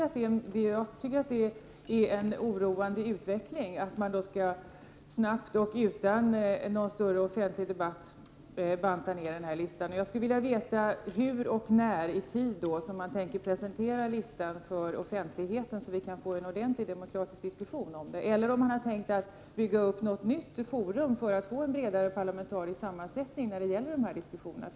Jag tycker att det är en oroande utveckling, att man snabbt och utan någon större offentlig debatt skall banta ner den här listan. Jag skulle vilja veta hur och när i tiden man tänker presentera listan för offentligheten, så att vi kan få en ordentlig demokratisk diskussion om den. Eller har man tänkt att bygga upp ett nytt forum för att få en bredare parlamentarisk sammansättning när det gäller denna diskussion?